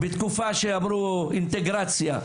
בתקופה שהם עברו אינטגרציה.